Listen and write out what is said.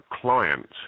client